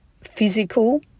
physical